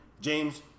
James